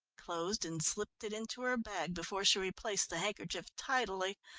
closed and slipped it into her bag, before she replaced the handkerchief tidily.